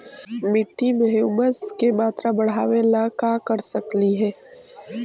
मिट्टी में ह्यूमस के मात्रा बढ़ावे ला का कर सकली हे?